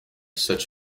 such